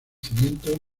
cimientos